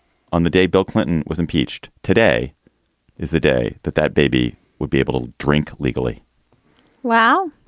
on the day bill clinton was impeached. today is the day that that baby would be able to drink legally wow.